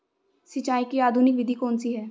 सिंचाई की आधुनिक विधि कौनसी हैं?